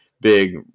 big